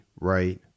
right